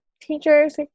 teachers